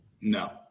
no